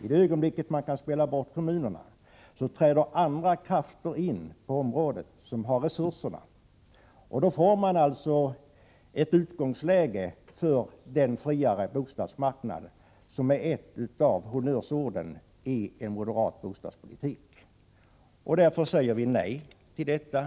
I det ögonblick som man kan spela bort kommunerna träder andra krafter in på området som har resurser, och då får man ett utgångsläge för den friare bostadsmarknad som är ett av honnörsorden i en moderat bostadspolitik. Därför säger vi nej till detta.